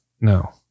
no